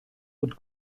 would